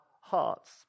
hearts